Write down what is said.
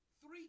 Three